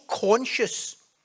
conscious